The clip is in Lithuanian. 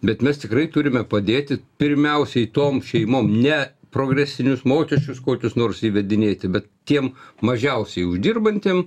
bet mes tikrai turime padėti pirmiausiai tom šeimom ne progresinius mokesčius kokius nors įvedinėti bet tiem mažiausiai uždirbantiem